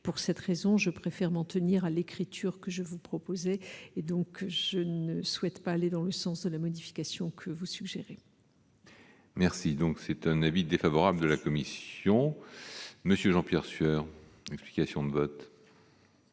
pour cette raison, je préfère m'en tenir à l'écriture, que je vous proposais et donc je ne souhaite pas aller dans le sens où la modification que vous suggérez. Merci donc c'est un avis défavorable de la commission, monsieur Jean-Pierre Sueur, explications de bottes.